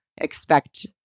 expect